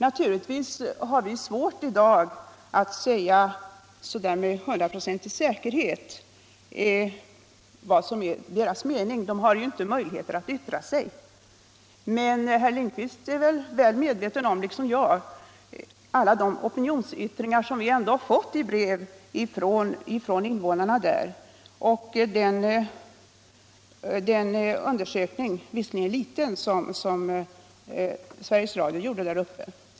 Naturligtvis är det svårt att i dag med hundraprocentig säkerhet säga vad som är Alftabornas mening — de har ju inga möjligheter att yttra sig. Men herr Lindkvist känner lika väl som jag till alla de opinionsyttringar som vi ändå fått i brev från invånarna i Alfta och genom den — låt vara lilla — undersökning som Sveriges Radio gjorde där uppe.